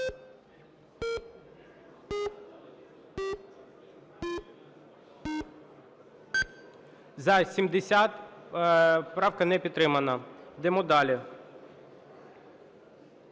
За-70 Правка не підтримана. Йдемо далі.